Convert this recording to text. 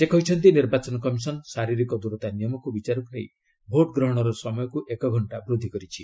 ସେ କହିଛନ୍ତି ନିର୍ବାଚନ କମିଶନ୍ ଶାରିରୀକ ଦୂରତା ନିୟମକୁ ବିଚାରକୁ ନେଇ ଭୋଟ ଗ୍ରହଣର ସମୟକୁ ଏକ ଘଣ୍ଟା ବୃଦ୍ଧି କରିଛି